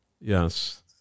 yes